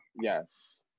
Yes